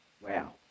Wow